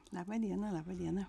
laba diena laba diena